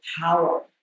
power